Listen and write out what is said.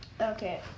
Okay